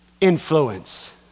influence